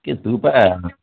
କିଏ ତୁ ପା